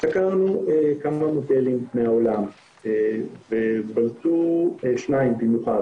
סקרנו כמה מודלים מהעולם ובלטו שניים במיוחד,